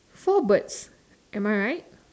four birds am I right